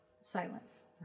silence